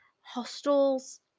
Hostels